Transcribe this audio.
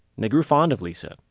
they grew fond of lisa,